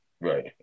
Right